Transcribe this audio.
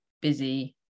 busy